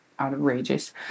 outrageous